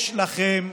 יש לכם,